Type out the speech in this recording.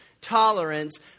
tolerance